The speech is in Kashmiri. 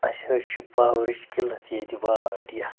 اَسہِ حظ چھِ پاورٕچ کِلَتھ ییٚتہِ واریاہ